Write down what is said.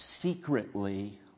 secretly